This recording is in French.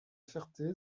ferté